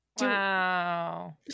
Wow